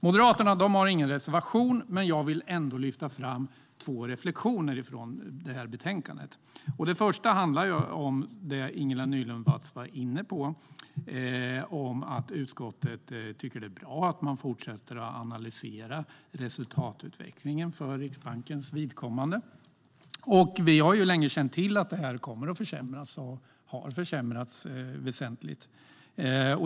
Moderaterna har ingen reservation, men jag vill ändå lyfta fram två reflektioner från betänkandet. Den första handlar om det som Ingela Nylund Watz var inne på, nämligen att utskottet tycker att det är bra att man fortsätter att analysera resultatutvecklingen för Riksbankens vidkommande. Vi har länge känt till att den har och kommer att försämras väsentligt.